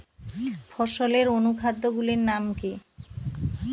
ফসলের অনুখাদ্য গুলির নাম কি?